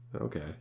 okay